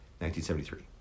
1973